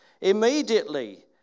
Immediately